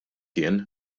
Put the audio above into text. jien